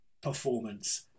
performance